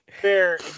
fair